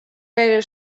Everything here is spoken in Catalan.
gaire